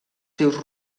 seus